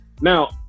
Now